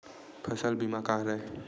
फसल बीमा का हरय?